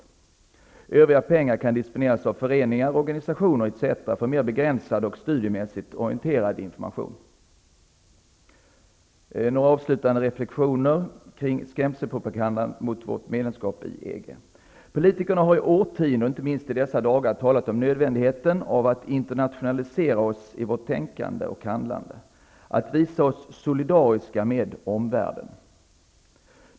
Resten av pengarna kan disponeras av föreningar och organisationer etc. för mera begränsad och studiemässigt orienterad information. Några avslutande reflexioner kring skrämselpropagandan mot svenskt medlemskap i Politikerna har i årtionden, och inte minst i dessa dagar, talat om nödvändigheten av att vi internationaliserar oss i vårt tänkande och handlande, att vi visar oss solidariska med omvärlden.